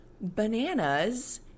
bananas